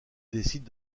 décide